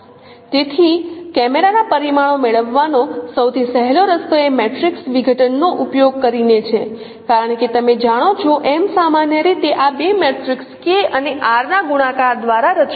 તેથી કેમેરા ના પરિમાણો મેળવવાનો સૌથી સહેલો રસ્તો એ મેટ્રિક્સ વિઘટનનો ઉપયોગ કરીને છે કારણ કે તમે જાણો છો M સામાન્ય રીતે આ બે મેટ્રિક્સ K અને R ના ગુણાકાર દ્વારા રચાય છે